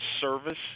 service